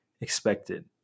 expected